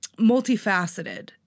multifaceted